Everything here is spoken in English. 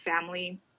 family